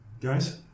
Guys